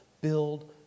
Build